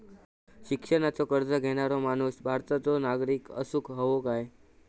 शिक्षणाचो कर्ज घेणारो माणूस भारताचो नागरिक असूक हवो काय?